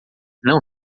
não